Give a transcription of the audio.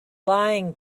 lying